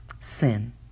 sin